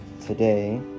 today